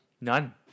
None